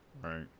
Right